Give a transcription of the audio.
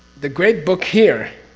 the great book here,